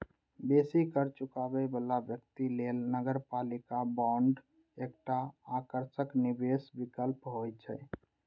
बेसी कर चुकाबै बला व्यक्ति लेल नगरपालिका बांड एकटा आकर्षक निवेश विकल्प होइ छै